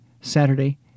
Saturday